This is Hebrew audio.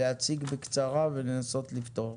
להציג בקצרה ולנסות לפתור.